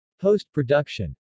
Post-production